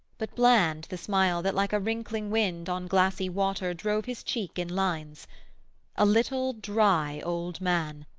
but bland the smile that like a wrinkling wind on glassy water drove his cheek in lines a little dry old man,